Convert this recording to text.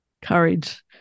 courage